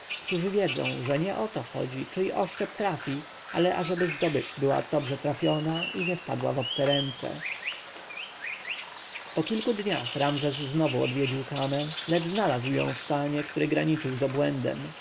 wiedzą że nie o to chodzi czyj oszczep trafi lecz ażeby zdobycz była dobrze trafiona i nie wpadła w obce ręce po kilku dniach ramzes znowu odwiedził kamę lecz znalazł ją w stanie który graniczył z obłędem